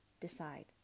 decide